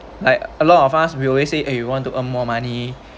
like a lot of us we always say eh we want to earn more money